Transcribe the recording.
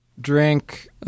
Drink